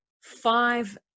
five